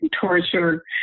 torture